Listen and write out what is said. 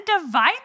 divide